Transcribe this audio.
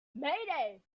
mayday